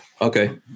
Okay